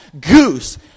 goose